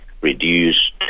reduced